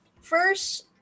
first